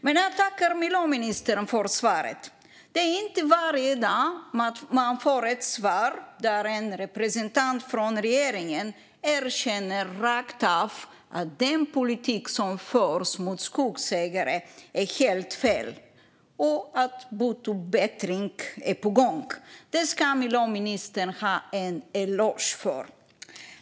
Men jag tackar miljöministern för svaret. Det är inte varje dag som man får ett svar där en representant för regeringen rakt av erkänner att den politik som förs mot skogsägare är helt fel och att bot och bättring är på gång. Det ska miljöministern ha en eloge för.